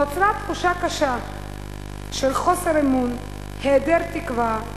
נוצרה תחושה קשה של חוסר אמון, היעדר תקווה,